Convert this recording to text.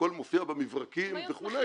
הכל מופיע במברקים וכולי,